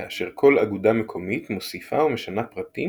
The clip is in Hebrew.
כאשר כל אגודה מקומית מוסיפה או משנה פרטים